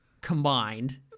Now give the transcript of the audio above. combined